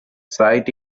site